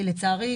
כי לצערי,